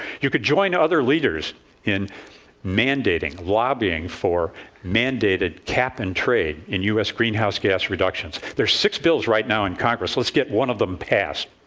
you could join other leaders in mandating, lobbying for mandated cap and trade in u s. greenhouse gas reductions. there's six bills right now in congress. let's get one of them passed.